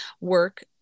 work